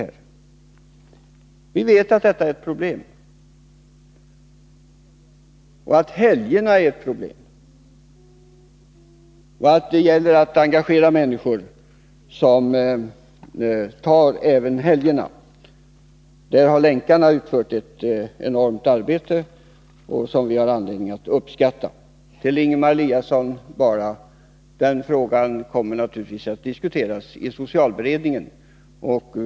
Vi vet att bristen på stöd är ett problem, att helgerna är ett problem, och att det gäller att engagera människor som kan ta sig an missbrukarna även under helgerna. Där har Länkarna utfört ett enormt arbete, som vi har anledning att uppskatta. Till Ingemar Eliasson vill jag bara säga att frågan om missbrukarnas möjlighet att stanna kvar på sina arbetsplatser naturligtvis kommer att diskuteras i socialberedningen.